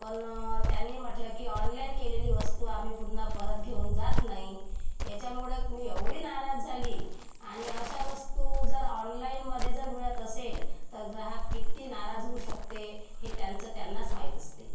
पन त्यांनी म्हटलं की ऑनलाईन केलेली वस्तू आम्ही पुन्हा परत घेऊन जात नाही याच्यामुळेच मी एवढी नाराज झाली आणि अशा वस्तू जर ऑनलाईनमध्ये जर मिळत असेल तर ग्राहक किती नाराज होऊ शकतो हे त्यांचं त्यांनाच माहीत असते